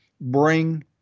bring